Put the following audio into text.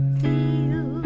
feel